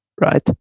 right